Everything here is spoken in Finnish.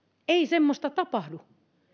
ei semmoista tapahdu